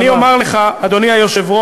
אני אומר לך, אדוני היושב-ראש.